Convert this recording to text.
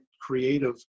creative